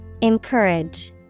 Encourage